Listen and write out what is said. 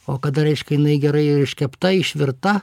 o kada reiškia jinai gerai iškepta išvirta